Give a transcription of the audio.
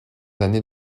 années